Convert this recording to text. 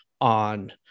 on